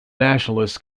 nationalists